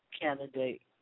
candidate